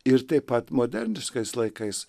ir taip pat moderniškais laikais